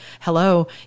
hello